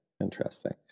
interesting